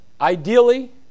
ideally